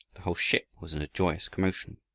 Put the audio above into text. the whole ship was in a joyous commotion.